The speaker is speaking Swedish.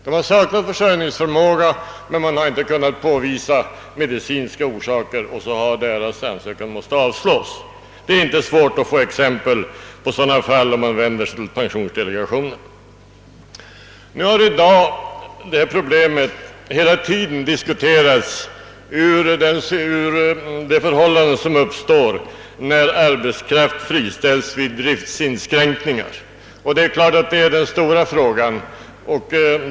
Det är inte svårt att få exempel på sådana fall där ansökningar måst avslås, om man vänder sig till pensionsdelegationerna. I dag har detta problem hela tiden diskuterats med utgång från det förhållande som uppstår när arbetskraft friställs vid driftinskränkningar. Det är givetvis den stora frågan.